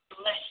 bless